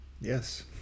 Yes